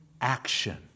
action